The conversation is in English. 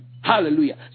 Hallelujah